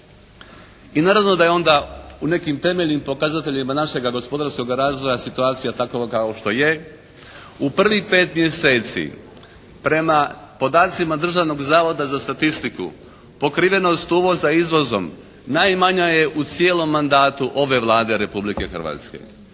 I naravno da je onda u nekim temeljnim pokazateljima našega gospodarskoga razvoja situacija takva kao što je. U prvih pet mjeseci prema podacima Državnog zavoda za statistiku pokrivenost uvoza izvozom najmanja je u cijelom mandatu ove Vlade Republike Hrvatske.